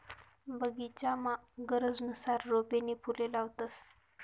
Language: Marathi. बगीचामा गरजनुसार रोपे नी फुले लावतंस